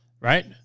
Right